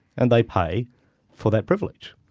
and they pay for that privilege.